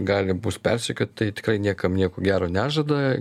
gali mus persekiot tai tikrai niekam nieko gero nežada